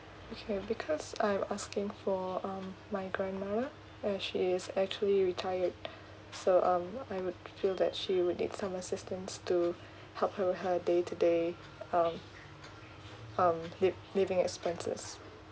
okay because I'm asking for um my grandmother and she is actually retired so um I would feel that she would need some assistance to help her with her day to day um um li~ living expenses